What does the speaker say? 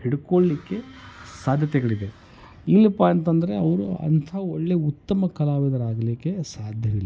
ಹಿಡ್ಕೊಳ್ಲಿಕ್ಕೆ ಸಾಧ್ಯತೆಗಳಿದೆ ಇಲ್ಲಪ್ಪ ಅಂತ ಅಂದರೆ ಅವರು ಅಂಥ ಒಳ್ಳೆಯ ಉತ್ತಮ ಕಲಾವಿದರಾಗಲಿಕ್ಕೆ ಸಾಧ್ಯವಿಲ್ಲ